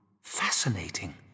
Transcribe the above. fascinating